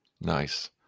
Nice